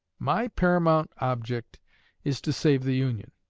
my paramount object is to save the union,